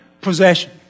possession